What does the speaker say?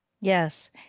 Yes